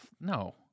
no